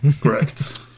Correct